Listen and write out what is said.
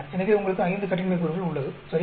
எனவே உங்களுக்கு 5 கட்டின்மை கூறுகள் உள்ளது சரியா